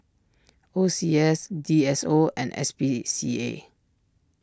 O C S D S O and S P C A